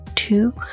two